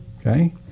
Okay